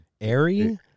airy